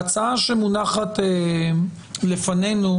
ההצעה שמונחת לפנינו